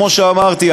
כמו שאמרתי,